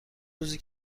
روزی